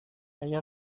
اگر